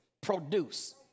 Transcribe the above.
produce